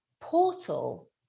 portal